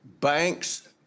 banks